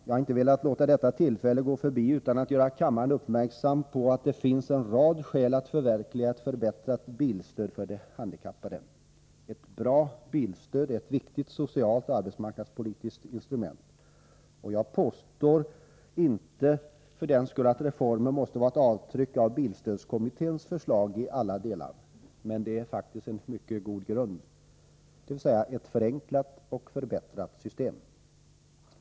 Jag har inte velat låta detta tillfälle gå förbi utan att göra kammaren uppmärksam på att det finns en rad skäl för att förverkliga ett förbättrat bilstöd för de handikappade. Ett bra bilstöd är ett viktigt socialt och arbetsmarknadspolitiskt instrument. Jag påstår för den skull inte att reformen måste vara ett avtryck av bilstödskommitténs förslag i alla delar. Men det är faktiskt en mycket god grund — dvs. ett förenklat och förbättrat system.